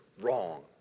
wrong